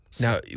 Now